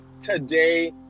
today